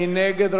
מי נגד,